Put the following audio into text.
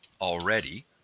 already